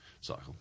cycle